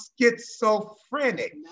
schizophrenic